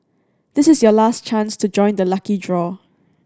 this is your last chance to join the lucky draw